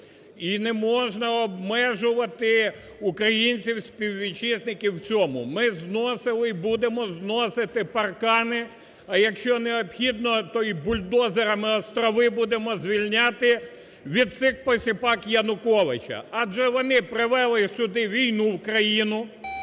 і не можна обмежувати українців-співвітчизників у цьому. Ми зносили і будемо зносити паркани, а якщо необхідно, то й бульдозерами острови будемо звільняти від цих посіпак Януковича. Адже вони привели сюди війну в країну,